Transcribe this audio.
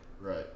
Right